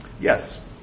Yes